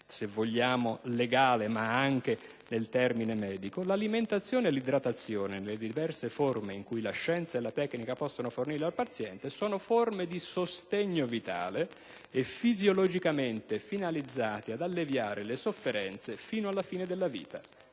sia legale sia medico - «l'alimentazione e l'idratazione, nelle diverse forme in cui la scienza e la tecnica possono fornirle al paziente, sono forme di sostegno vitale e fisiologicamente finalizzate ad alleviare le sofferenze fino alla fine della vita.